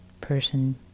person